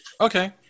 Okay